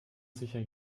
sicher